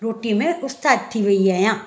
रोटीअ में उस्ताद थी वई आहियां